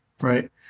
right